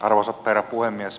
arvoisa herra puhemies